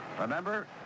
remember